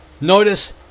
Notice